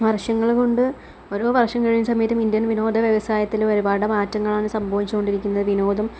വര്ഷങ്ങളുകൊണ്ട് ഓരോ വര്ഷം കഴിയുന്ന സമയത്ത് ഇന്ത്യന് വിനോദ വ്യവസായത്തില് ഒരുപാട് മാറ്റങ്ങളാണ് സംഭവിച്ചുകൊണ്ടിരിക്കുന്നത് വിനോദം